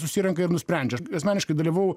susirenka ir nusprendžia asmeniškai dalyvavau